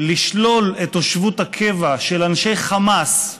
לשלול את תושבות הקבע של אנשי חמאס,